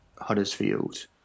Huddersfield